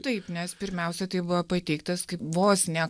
taip nes pirmiausia tai buvo pateiktas kaip vos ne